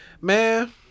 Man